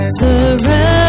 surrender